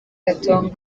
katongo